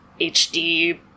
HD